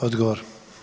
Odgovor.